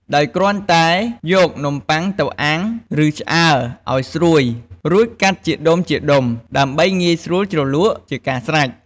ដោយគ្រាន់តែយកនំបុ័ងទៅអាំង ឬឆ្អើរឱ្យស្រួយ រួចកាត់ជាដុំៗ ដើម្បីងាយស្រួយជ្រលក់ ជាការស្រេច។